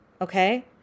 Okay